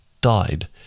died